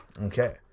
Okay